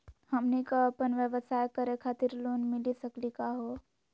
हमनी क अपन व्यवसाय करै खातिर लोन मिली सकली का हो?